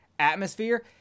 atmosphere